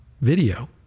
video